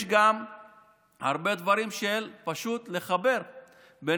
יש גם הרבה דברים שפשוט צריך לחבר בהם